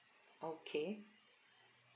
okay